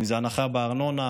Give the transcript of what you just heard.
אם זה ההנחה בארנונה,